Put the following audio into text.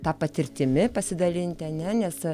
ta patirtimi pasidalinti ane nes